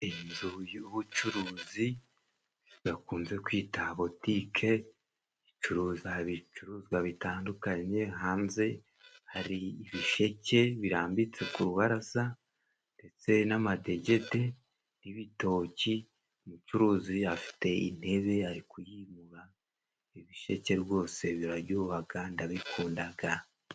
Iyi nzu y'ubucuruzi bakunze kwita botike icuruza ibicuruzwa bitandukanye, hanze hari ibisheke birambitse ku rubaraza, ndetse n'amadegede n'ibitoki. Umucuruzi afite intebe ari kuyimura. Ibisheke rwose biraryohaga ndabikundaga.